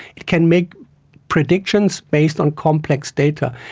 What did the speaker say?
it can make predictions based on complex data.